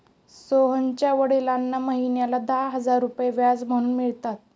सोहनच्या वडिलांना महिन्याला दहा हजार रुपये व्याज म्हणून मिळतात